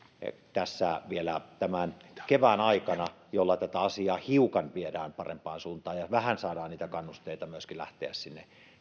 tämän käsittelykorvauksen jolla tätä asiaa hiukan viedään parempaan suuntaan ja vähän saadaan niitä kannusteita myöskin lähteä sinne